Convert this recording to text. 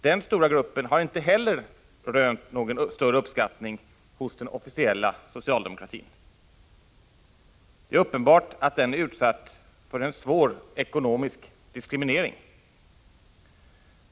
Den stora gruppen har inte heller rönt någon större uppskattning av den officiella socialdemokratin. Det är uppenbart att den är utsatt för en svår ekonomisk diskriminering.